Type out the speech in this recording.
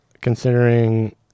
considering